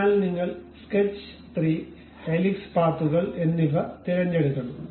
അതിനാൽ നിങ്ങൾ sketch 3 helix പാത്തുകൾ എന്നിവ തിരഞ്ഞെടുക്കണം